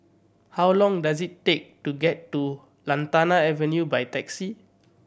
how long does it take to get to Lantana Avenue by taxi